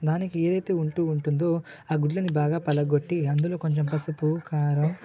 దానికి ఏదైతే ఉంటూ ఉంటుందో ఆ గుడ్లని బాగా పగలగొట్టి అందులో కొంచెం పసుపు కారం